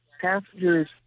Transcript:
passengers